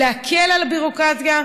ולהקל על הביורוקרטיה,